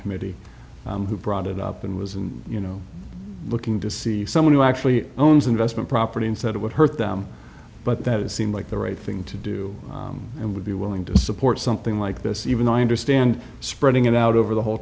committee who brought it up and was in you know looking to see someone who actually owns investment property and said it would hurt them but that it seemed like the right thing to do and would be willing to support something like this even though i understand spreading it out over the whole